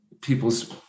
people's